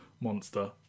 monster